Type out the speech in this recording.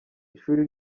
ishuri